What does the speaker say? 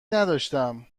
نداشتم